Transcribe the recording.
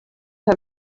her